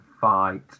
fight